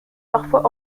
parfois